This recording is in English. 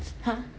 !huh!